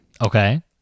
Okay